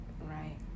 right